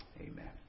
Amen